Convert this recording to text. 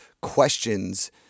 questions